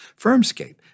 Firmscape